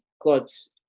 god's